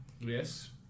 Yes